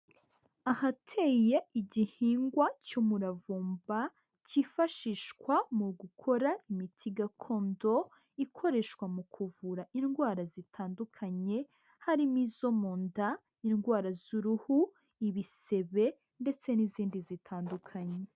Ahateye igihingwa cy'umuravumba, kifashishwa mu gukora imiti gakondo ikoreshwa mu kuvura indwara zitandukanye harimo izo mu nda, indwara z'uruhu, ibisebe ndetse n'izindi zitandukanye.